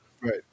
Right